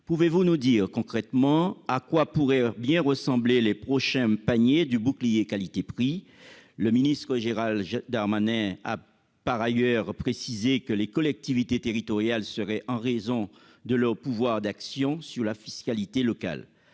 pouvez-vous nous dire concrètement à quoi pourraient bien ressembler les prochains paniers du bouclier qualité-prix ? Le ministre Gérald Darmanin a par ailleurs précisé que les collectivités territoriales seraient associées aux discussions en raison de leur pouvoir d'action sur la fiscalité locale.